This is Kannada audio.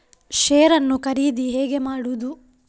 ಶೇರ್ ನ್ನು ಖರೀದಿ ಹೇಗೆ ಮಾಡುವುದು?